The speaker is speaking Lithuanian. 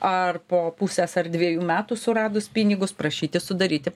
ar po pusės ar dvejų metų suradus pinigus prašyti sudaryti